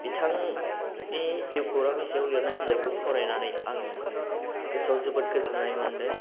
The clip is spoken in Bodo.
बिथांनि जिउ खौरांनि सायाव लिरनाय बिजाबखौ फरायनानै आङो गोसोआव जोबोद गोजोन्नाय मोन्दों